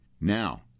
Now